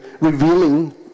revealing